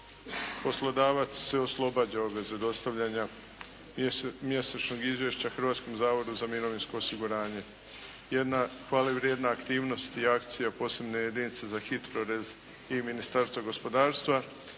Poslodavac se oslobađa obveze dostavljanja mjesečnog izvješća Hrvatskom zavodu za mirovinsko osiguranje. Jedna hvale vrijedna aktivnost i akcija posebne jedinice za HITRORez i Ministarstva gospodarstva.